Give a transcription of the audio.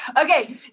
Okay